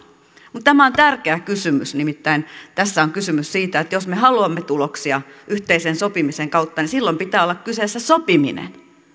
mutta tämä on tärkeä kysymys nimittäin tässä on kysymys siitä että jos me haluamme tuloksia yhteisen sopimisen kautta niin silloin pitää olla kyseessä sopiminen